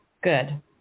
good